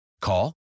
Call